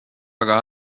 aga